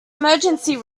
emergency